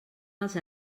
els